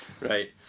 right